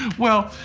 well,